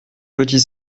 petits